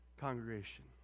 congregation